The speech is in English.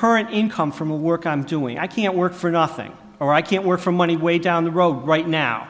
current income from the work i'm doing i can't work for nothing or i can't work for money way down the road right now